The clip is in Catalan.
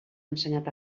ensenyat